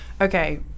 okay